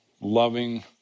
loving